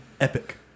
Epic